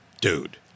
Dude